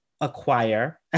acquire